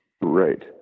Right